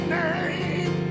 name